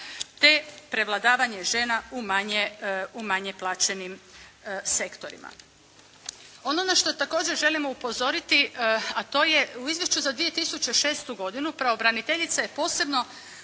te prevladavanje žena u manje plaćenim sektorima. Ono na što također želimo upozoriti a to je u izvješću za 2006. godinu pravobraniteljica je posebno